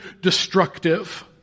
destructive